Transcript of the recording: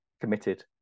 committed